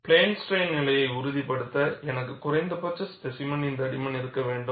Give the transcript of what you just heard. plane strain நிலையை உறுதிப்படுத்த எனக்கு குறைந்தபட்ச ஸ்பேசிமென் தடிமன் இருக்க வேண்டும்